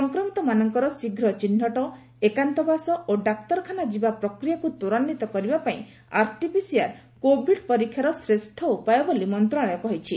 ସଂକ୍ରମିତମାନଙ୍କର ଶୀଘ୍ର ଚିହ୍ରଟ ଏକାନ୍ତ ବାସ ଓ ଡାକ୍ତରଖାନା ଯିବା ପ୍ରକ୍ରିୟାକୁ ତ୍ୱରାନ୍ୱିତ କରିବା ପାଇଁ ଆର୍ଟି ପିସିଆର କୋଭିଡ ପରୀକ୍ଷାର ଶ୍ରେଷ୍ଠ ଉପାୟ ବୋଲି ମନ୍ତ୍ରଶାଳୟ କହିଛି